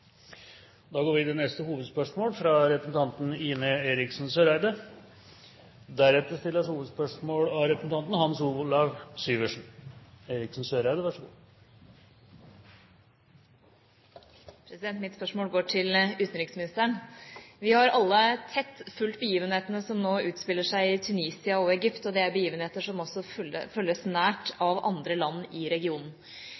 går videre til neste hovedspørsmål. Mitt spørsmål går til utenriksministeren. Vi har alle tett fulgt begivenhetene som nå utspiller seg i Tunisia og Egypt, og det er begivenheter som også følges nært